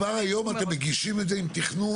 כבר היום אתם מגישים את זה עם תכנון?